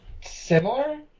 similar